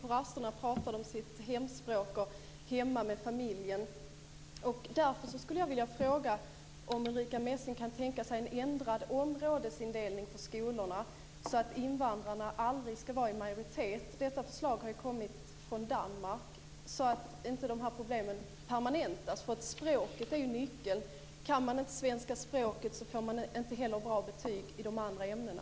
På rasterna talar de sitt hemspråk, och detsamma gäller hemma med familjen. Därför skulle jag vilja fråga om Ulrica Messing kan tänka sig en ändrad områdesindelning för skolorna, så att invandrarna aldrig ska vara i majoritet och så att dessa problem inte permanentas. Detta förslag har ju kommit från Danmark. Språket är ju nyckeln. Om man inte kan svenska språket får man inte heller bra betyg i de andra ämnena.